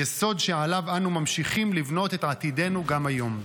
יסוד שעליו אנו ממשיכים לבנות את עתידנו גם היום.